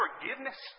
forgiveness